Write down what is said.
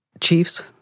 Chiefs